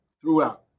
throughout